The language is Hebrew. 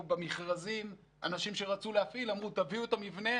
במכרזים היו אנשים שרצו להפעיל ואמרו: תביאו את המבנה,